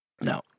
No